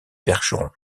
percheron